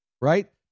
Right